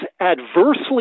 adversely